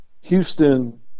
Houston